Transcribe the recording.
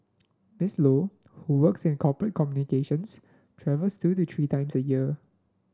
Miss Low who works in corporate communications travels two to three times a year